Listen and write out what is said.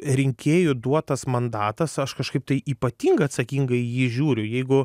rinkėjų duotas mandatas aš kažkaip tai ypatingai atsakingai į jį žiūriu jeigu